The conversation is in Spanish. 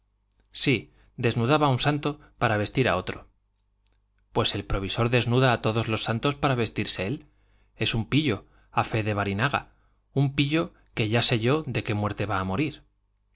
sí desnudaba a un santo para vestir a otro pues el provisor desnuda a todos los santos para vestirse él es un pillo a fe de barinaga un pillo que ya sé yo de qué muerte va a morir